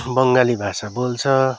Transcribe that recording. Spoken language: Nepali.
बङ्गाली भाषा बोल्छ